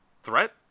threat